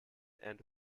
and